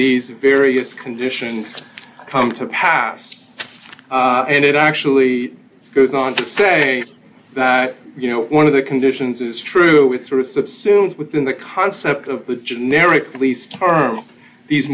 these various conditions come to pass and it actually goes on to say that you know one of the conditions is true with sort of subsumes within the concept of the generic lease term these